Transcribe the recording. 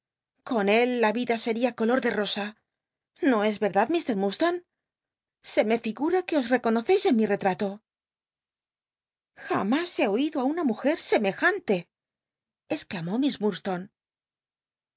con él la iua seria color de rosa no es yerdad ifr ilurdstone se me figma que os reconoccis en mi retra to jamás he oído í una mujer semejante exclamó